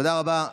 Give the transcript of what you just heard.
תודה רבה.